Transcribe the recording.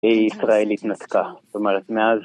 ‫היא ישראלית נתקה. ‫זאת אומרת, מאז...